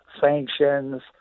sanctions